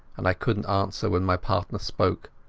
and i couldnat answer when my partner spoke.